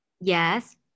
yes